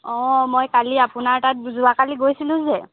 অ মই কালি আপোনাৰ তাত যোৱাকালি গৈছিলোঁ যে